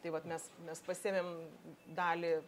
tai vat mes mes pasiėmėm dalį